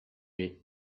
red